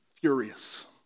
furious